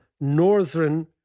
northern